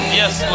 yes